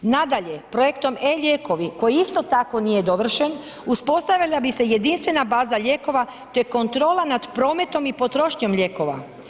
Nadalje, projektom e-lijekovi koji isto tako nije dovršen, uspostavila bi se jedinstvena baza lijekova te kontrola nad prometom i potrošnjom lijekova.